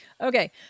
okay